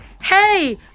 hey